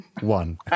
one